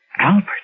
Albert